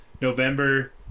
November